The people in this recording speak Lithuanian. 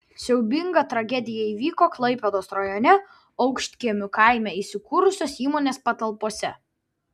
siaubinga tragedija įvyko klaipėdos rajone aukštkiemių kaime įsikūrusios įmonės patalpose